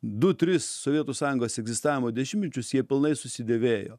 du tris sovietų sąjungos egzistavimo dešimtmečius jie pilnai susidėvėjo